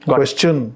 question